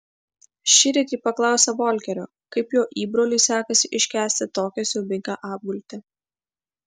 šįryt ji paklausė volkerio kaip jo įbroliui sekasi iškęsti tokią siaubingą apgultį